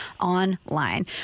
Online